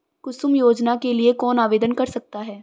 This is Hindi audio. कुसुम योजना के लिए कौन आवेदन कर सकता है?